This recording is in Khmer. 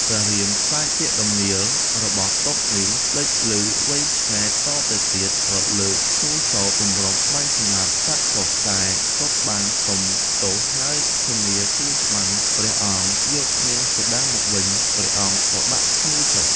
ព្រះរាមខ្លាចពាក្យដំនៀល របស់កុកនេះលេចឮវែងឆ្ងាយតទៅទៀត ក៏លើធ្នូសរបម្រុងបាញ់សម្លាប់សត្វកុក តែកុកបានសុំ ទោសហើយធានាជួយច្បាំងព្រះអង្គយកនាងសីតាមកវិញ ព្រះអង្គក៏ដាក់ធ្នូចុះ។